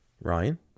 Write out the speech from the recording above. Ryan